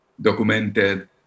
documented